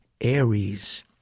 Aries